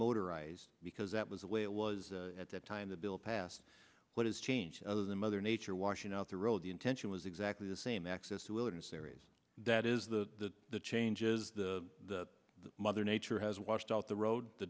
motorized because that was the way it was at the time the bill passed what has changed other than mother nature washing out the role the intention was exactly the same access to wilderness areas that is the the changes the mother nature has washed out the road the